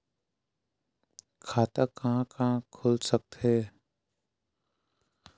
खाता कहा कहा खुल सकथे?